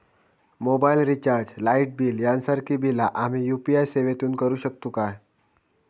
Mobile recharge, light bill यांसारखी बिला आम्ही यू.पी.आय सेवेतून करू शकतू काय?